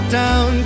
down